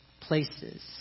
places